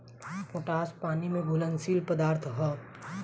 potash पानी में घुलनशील पदार्थ ह